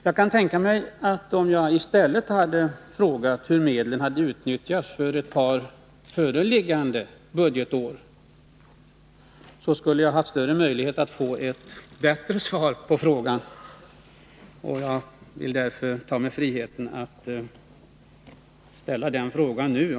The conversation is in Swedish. Jag kan tänka mig att om jag i stället hade frågat hur medlen hade utnyttjats för ett par avslutade budgetår, skulle jag haft större möjlighet att få ett mer tillfredsställande svar. Jag vill därför ta mig friheten att ställa den frågan nu.